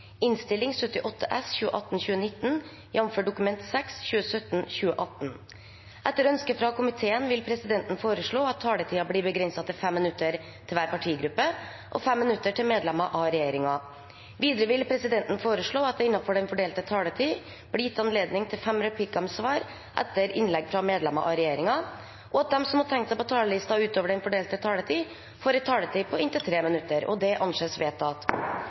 Etter ønske fra justiskomiteen vil presidenten foreslå at taletiden blir begrenset til 5 minutter til hver partigruppe og 5 minutter til medlemmer av regjeringen. Videre vil presidenten foreslå at det – innenfor den fordelte taletid – blir gitt anledning til fem replikker med svar etter innlegg fra medlemmer av regjeringen, og at de som måtte tegne seg på talerlisten utover den fordelte taletid, får en taletid på inntil 3 minutter. – Det anses vedtatt.